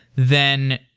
then,